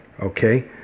Okay